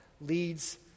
leads